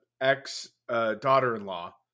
ex-daughter-in-law